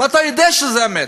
ואתה יודע שזה אמת,